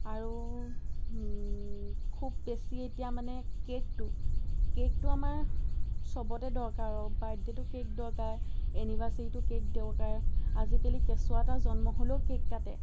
আৰু খুব বেছি এতিয়া মানে কেকটো কেকটো আমাৰ চবতে দৰকাৰ বাৰ্থডেতো কেক দৰকাৰ এনিভাৰচেৰীটো কেক দৰকাৰ আজিকালি কেঁচুৱা এটা জন্ম হ'লেও কেক কাটে